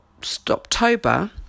Stoptober